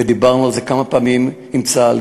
ודיברנו על זה כמה פעמים עם צה"ל,